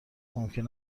ممکن